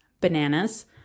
bananas